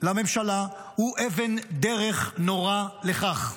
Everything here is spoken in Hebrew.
לממשלה הוא אבן דרך נוראה לכך.